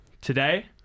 Today